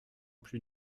plus